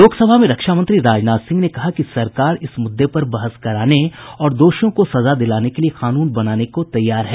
लोकसभा में रक्षा मंत्री राजनाथ सिंह ने कहा कि सरकार इस मुद्दे पर बहस कराने और दोषियों को सजा दिलाने के लिए कानून बनाने को तैयार है